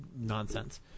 nonsense